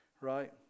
Right